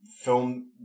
film